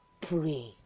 pray